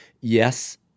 Yes